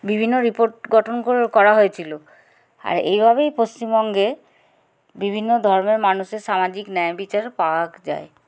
বিভিন্ন রিপোর্ট গঠন করা হয়েছিলো আর এইভাবেই পশ্চিমবঙ্গে বিভিন্ন ধর্মের মানুষের সামাজিক ন্যায় বিচার পাওয়া যায়